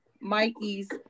Mikey's